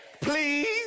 please